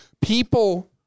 People